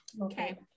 Okay